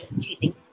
cheating